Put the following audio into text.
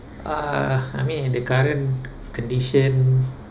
uh I mean in the current condition